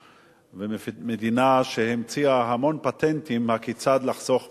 ומדינה שהמציאה המון פטנטים כיצד לחסוך במים,